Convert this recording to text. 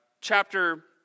chapter